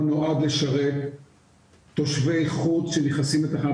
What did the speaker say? הוא נועד לשרת תושבי חוץ שנכנסים לתחנת